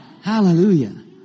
Hallelujah